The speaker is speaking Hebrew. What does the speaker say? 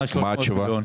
מה התשובה?